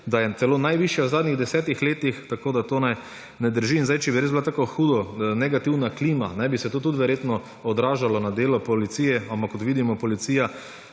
da je celo najvišja v zadnjih desetih letih, tako da to ne drži. Zdaj, če bi res bilo tako hudo negativna klima, bi se to tudi verjetno odražalo na delu policije, ampak kot vidimo, policija